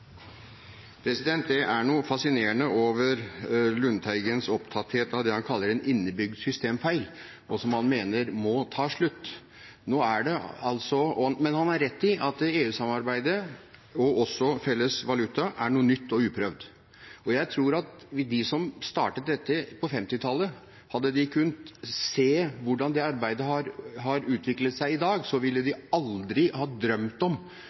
han kaller en innebygd systemfeil, og som han mener må ta slutt. Men han har rett i at EU-samarbeidet, og også felles valuta, er noe nytt og uprøvd. Jeg tror at om de som startet dette på 1950-tallet, hadde kunnet se hvordan det arbeidet har utviklet seg i dag, ville de aldri ha drømt om